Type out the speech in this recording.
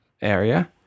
area